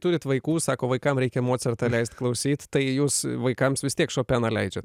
turit vaikų sako vaikam reikia mocartą leist klausyt tai jūs vaikams vis tiek šopeną leidžiat